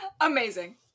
Amazing